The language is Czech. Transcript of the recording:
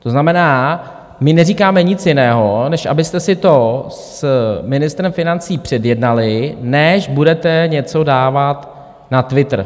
To znamená, my neříkáme nic jiného, než abyste si to s ministrem financí předjednali, než budete něco dávat na Twitter.